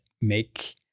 make